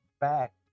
back